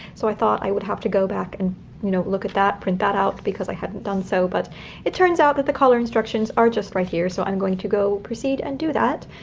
so i thought i would have to go back and you know look at that, print that out because i hadn't done so, but it turns out that the collar instructions are just right here. so i'm going to go proceed and do that.